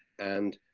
and